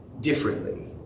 differently